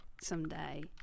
someday